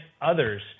others